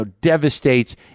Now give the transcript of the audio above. devastates